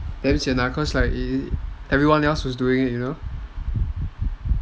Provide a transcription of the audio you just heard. damn sian lah cause everyone else was doing it you know